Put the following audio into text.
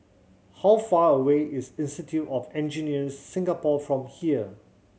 how far away is Institute of Engineers Singapore from here